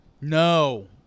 No